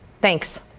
Thanks